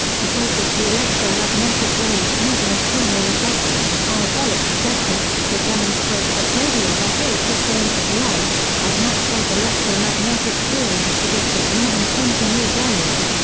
he focused the electromagnetic waves using a corner reflector and a parabolic reflector, to demonstrate that radio behaved the same as light, as maxwell's electromagnetic theory had predicted more than twenty years earlier.